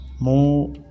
more